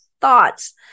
thoughts